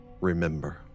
remember